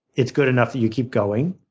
it's good enough that you keep going.